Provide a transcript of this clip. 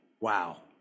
Wow